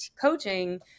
coaching